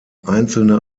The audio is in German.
einzelne